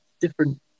different